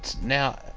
now